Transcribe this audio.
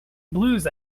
blues